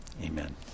Amen